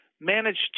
managed